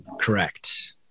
Correct